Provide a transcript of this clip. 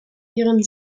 ihren